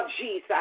Jesus